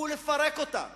ולפרק אותן